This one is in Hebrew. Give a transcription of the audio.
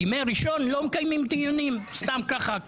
בימי ראשון לא מקיימים דיונים סתם ככה,